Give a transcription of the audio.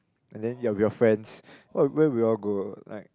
and then if you're with your friends what where will you all go ah like